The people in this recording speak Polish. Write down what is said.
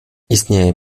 istnieje